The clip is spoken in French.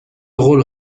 rôle